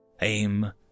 Aim